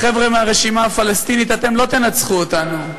החבר'ה מהרשימה הפלסטינית, אתם לא תנצחו אותנו.